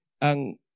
ang